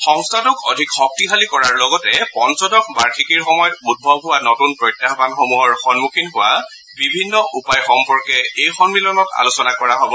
সংস্থাটোক অধিক শক্তিশালী কৰাৰ লগতে পঞ্চদশ বাৰ্ষিকীৰ সময়ত উদ্ভৱ হোৱা নতুন প্ৰত্যায়নসমূহৰ সন্মুখীন হোৱা বিভিন্ন উপায় সম্পৰ্কে এই সম্মিলনত আলোচনা কৰা হ'ব